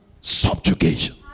subjugation